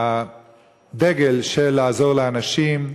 הדגל של לעזור לאנשים,